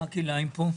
מה כלאיים פה?